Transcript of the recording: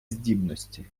здібності